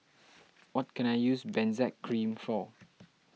what can I use Benzac Cream for